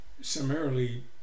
summarily